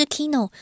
Kino